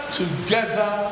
together